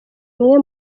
bimwe